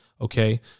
Okay